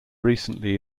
recently